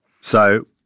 So-